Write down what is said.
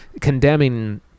condemning